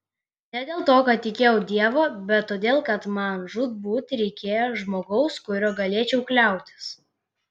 ne dėl to kad tikėjau dievą bet todėl kad man žūtbūt reikėjo žmogaus kuriuo galėčiau kliautis